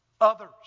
others